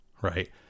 Right